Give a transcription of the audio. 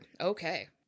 Okay